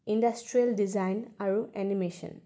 industrial design আৰু animation